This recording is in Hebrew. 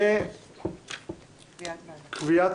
קביעת